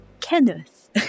Kenneth